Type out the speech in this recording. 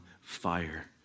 fire